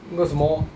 那个什么